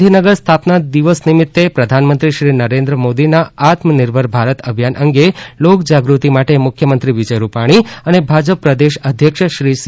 ગાંધીનગર સ્થાપના દિવસ ગઈકાલે ગાંધીનગર સ્થાપના દિવસે પ્રધાનમંત્રી શ્રી નરેન્દ્ર મોદીના આત્મનિર્ભર ભારત અભિયાન અંગે લોકજાગૃતિ માટે મુખ્યમંત્રી વિજય રૂપાણી અને ભાજપ પ્રદેશ અધ્યક્ષે શ્રી સી